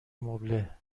مبله